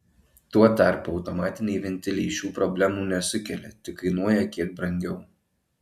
tuo tarpu automatiniai ventiliai šių problemų nesukelia tik kainuoja kiek brangiau